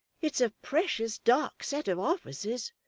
it's a precious dark set of offices,